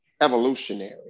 evolutionary